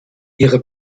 ihre